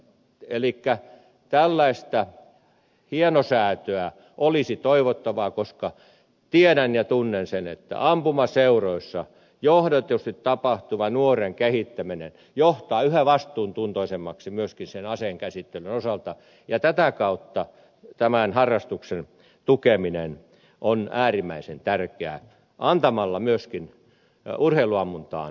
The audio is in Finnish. elikkä tällainen hienosäätö olisi toivottavaa koska tiedän ja tunnen sen että ampumaseuroissa johdatetusti tapahtuva nuoren kehittäminen johtaa yhä vastuuntuntoisemmaksi myöskin sen aseen käsittelyn osalta ja tätä kautta tämän harrastuksen tukeminen on äärimmäisen tärkeää antamalla myöskin urheiluammuntaan poikkeuslupia